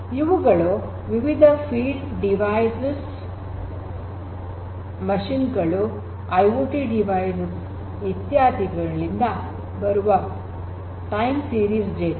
ಇವುಗಳು ವಿವಿಧ field devices machine ಗಳು ಐಓಟಿ ಡಿವೈಸೆಸ್ ಇತ್ಯಾದಿಗಳಿಂದ ಬರುವ ಟೈಮ್ ಸೀರೀಸ್ ಡೇಟಾ